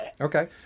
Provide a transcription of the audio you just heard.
Okay